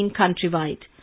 countrywide